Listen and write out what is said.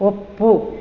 ಒಪ್ಪು